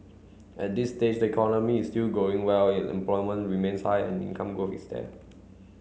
at this stage the economy is still growing well employment remains high and income growth is there